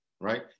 Right